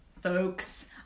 folks